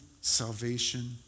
salvation